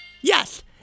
yes